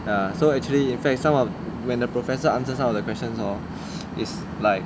ya so actually in fact some of when the professor answer some of the questions hor is like